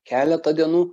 keletą dienų